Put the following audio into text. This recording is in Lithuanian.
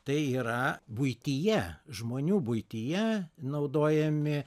tai yra buityje žmonių buityje naudojami